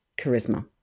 charisma